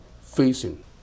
facing